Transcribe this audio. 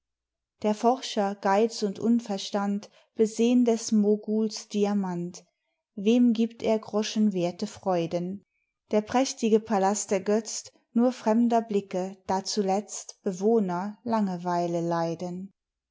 der forscher geiz und unverstand besehn des moguls diamant wem gibt er groschenwerthe freuden der prächtige plast ergötzt nur fremder blicke da zuletzt bewohner langeweile leiden